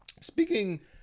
speaking